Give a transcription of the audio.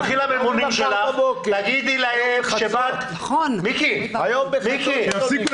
לא ממחר בבוקר, היום בחצות.